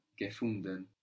Gefunden